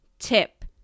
Tip